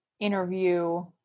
interview